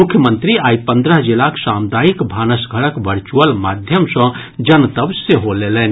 मुख्यमंत्री आइ पन्द्रह जिलाक सामुदायिक भानस घरक वर्चुअल माध्यम सँ जनतब सेहो लेलनि